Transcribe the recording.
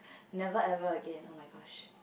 never ever again oh-my-gosh